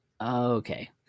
Okay